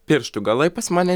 pirštų galai pas mane